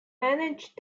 manage